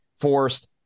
forced